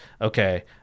okay